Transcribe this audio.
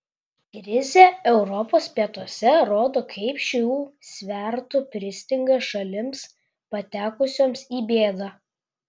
krizė europos pietuose rodo kaip šių svertų pristinga šalims patekusioms į bėdą